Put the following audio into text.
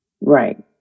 right